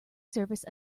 service